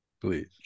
please